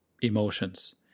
emotions